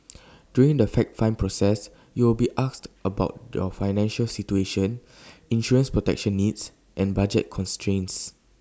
during the fact find process you will be asked about your financial situation insurance protection needs and budget constraints